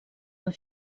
amb